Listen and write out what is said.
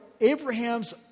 Abraham's